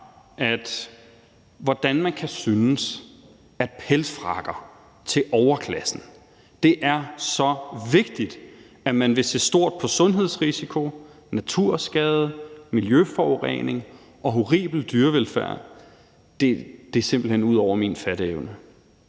det, at man kan synes, at pelsfrakker til overklassen er så vigtigt, at man vil se stort på sundhedsrisiko, naturskade, miljøforurening og horribel dyrevelfærd, simpelt hen rækker ud over min fatteevne.